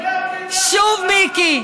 יותר ממך, שוב מיקי.